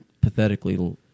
pathetically